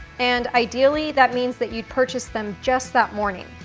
and ideally that means that you'd purchase them just that morning.